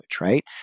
right